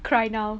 cry now